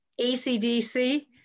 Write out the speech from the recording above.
ACDC